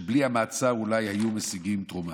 שבלי המעצר אולי היו משיגים תרומה?